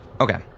Okay